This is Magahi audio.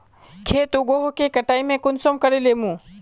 खेत उगोहो के कटाई में कुंसम करे लेमु?